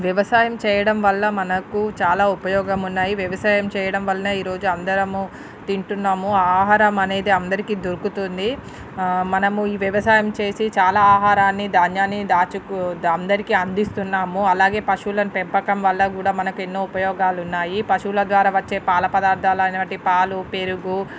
వ్యవసాయం చేయడం వల్ల మనకు చాలా ఉపయోగమున్నాయి వ్యవసాయం చేయడం వల్ల ఈరోజు అందరము తింటున్నాము ఆహారం అనేది అందరికీ దొరుకుతుంది మనము ఈ వ్యవసాయం చేసి చాలా ఆహారాన్ని ధాన్యాన్ని దాచుకు అందరికి అందిస్తున్నాము అలాగే పశువుల పెంపకం వల్ల కూడా మనకు ఎన్నో ఉపయోగాలున్నాయి పశువుల ద్వారా వచ్చే పాల పదార్థాలు అయినటువంటి పాలు పెరుగు